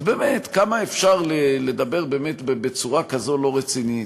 אז באמת, כמה אפשר לדבר בצורה כזו לא רצינית?